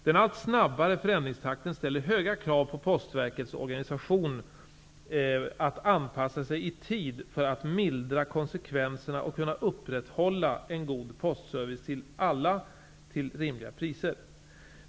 Den allt snabbare förändringstakten ställer höga krav på Postverkets organisation att anpassa sig i tid för att mildra konsekvenserna och kunna upprätthålla en god postservice till alla till rimliga priser.